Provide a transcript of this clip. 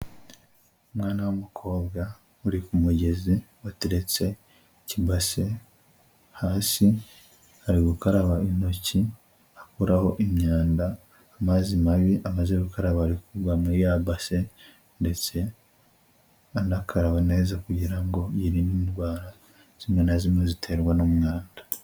Umwana w'umukobwa uri ku mugezi, wateretse ikibase hasi, ari gukaraba intoki akuraho imyanda, amazi mabi amaze gukaraba rari kugwa mu ya base, ndetse anakaraba neza kugira ngo yirinde indwara zimwe na zimwe ziterwa n'umwanda.